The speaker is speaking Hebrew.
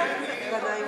בגין.